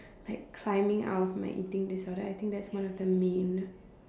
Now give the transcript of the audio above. like climbing out my eating disorder I think that's one of the main